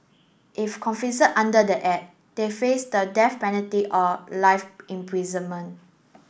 if under the act they face the death penalty or life imprisonment